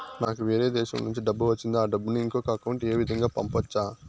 నాకు వేరే దేశము నుంచి డబ్బు వచ్చింది ఆ డబ్బును ఇంకొక అకౌంట్ ఏ విధంగా గ పంపొచ్చా?